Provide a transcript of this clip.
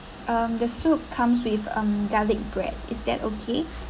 um the soup comes with um garlic bread is that okay